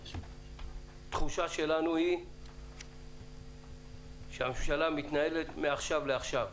התחושה שלנו היא שהממשלה מתנהלת מעכשיו לעכשיו.